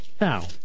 Now